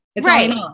Right